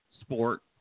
sport